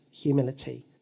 humility